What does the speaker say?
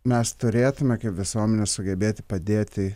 mes turėtume kaip visuomenė sugebėti padėti